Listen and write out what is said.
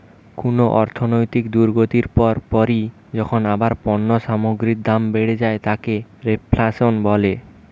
কুনো অর্থনৈতিক দুর্গতির পর পরই যখন আবার পণ্য সামগ্রীর দাম বেড়ে যায় তাকে রেফ্ল্যাশন বলে